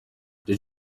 did